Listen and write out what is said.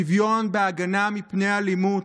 שוויון בהגנה מפני אלימות,